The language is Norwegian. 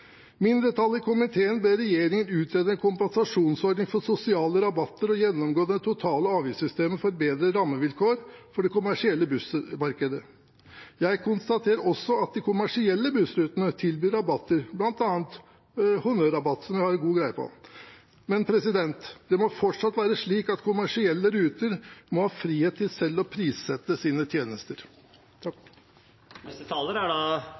i komiteen ber regjeringen utrede en kompensasjonsordning for sosiale rabatter og gjennomgå det totale avgiftssystemet for å bedre rammevilkårene for det kommersielle bussmarkedet. Jeg konstaterer også at de kommersielle bussrutene tilbyr rabatter, bl.a. honnørrabatt, som jeg har god greie på. Men det må fortsatt være slik at kommersielle ruter må ha frihet til selv å prissette sine tjenester. Ekspressbussene er et markedsbasert busstilbud uten offentlige tilskudd som er